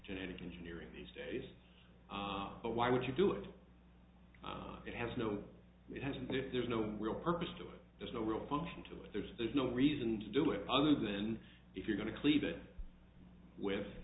genetic engineering these days but why would you do it it has no it has and if there's no real purpose to it there's no real function to it there's there's no reason to do it other than if you're going to cleave it with